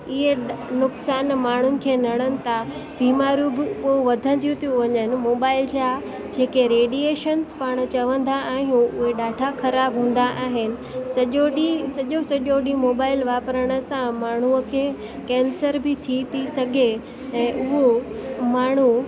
इहे नुकसान माण्हुनि खे नड़नि था बीमारियूं बि पोइ वधंदियूं थियूं वञनि मोबाइल जा जेके रेडीएशन्स पाण चवंदा आहियूं उहे ॾाढा ख़राबु हूंदा आहिनि सॼो ॾींहुं सॼो सॼो ॾींहुं मोबाइल वापरण सां माण्हूअ खे कैंसर बि थी थी सघे ऐं उहो माण्हू